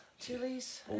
chilies